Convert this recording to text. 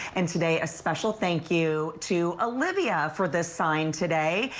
and today a special thank you to olivia for this sign today.